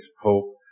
hope